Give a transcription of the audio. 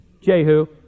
Jehu